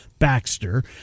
Baxter